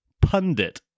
pundit